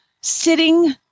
sitting